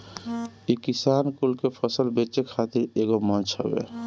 इ किसान कुल के फसल बेचे खातिर एगो मंच हवे